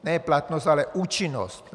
Ne platnost, ale účinnost.